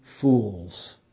fools